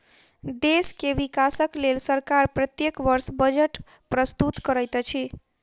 देश के विकासक लेल सरकार प्रत्येक वर्ष बजट प्रस्तुत करैत अछि